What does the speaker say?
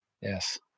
Yes